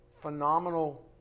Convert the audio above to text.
phenomenal